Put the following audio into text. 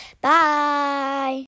Bye